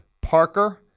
Parker